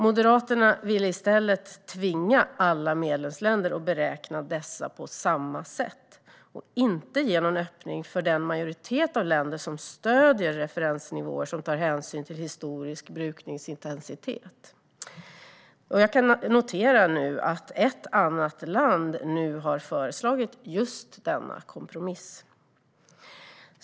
Moderaterna ville i stället tvinga alla medlemsländer att beräkna dessa på samma sätt och inte ge någon öppning för den majoritet av länder som stöder referensnivåer som tar hänsyn till historisk brukningsintensitet. Jag kan notera att ett annat land nu har föreslagit just denna kompromiss.